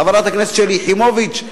חברת הכנסת שלי יחימוביץ,